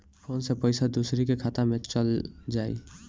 Phone से पईसा दूसरे के खाता में चल जाई?